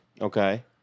Okay